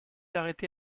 arrêté